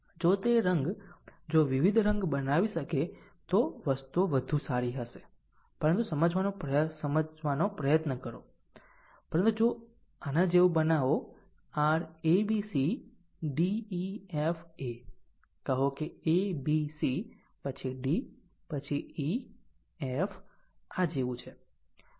જો તે રંગ જો વિવિધ રંગ બનાવી શકે તો વસ્તુઓ વધુ સારી હશે પરંતુ ફક્ત સમજવાનો પ્રયત્ન કરો પરંતુ જો આ જેવા બનાવો r a b c d e f a કહો કે a b c પછી d પછી e f આ જેવું છે